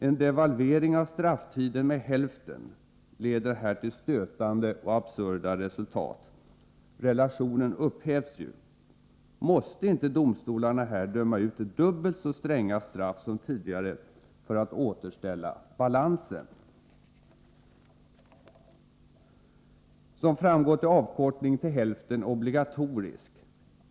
En devalvering av strafftiden med hälften leder här till stötande och absurda resultat. Relationen upphävs ju. Måste inte domstolarna här döma ut dubbelt så stränga straff som tidigare för att återställa balansen? Som framgått är avkortningen till hälften obligatorisk.